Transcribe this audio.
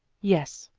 yes,